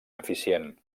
eficient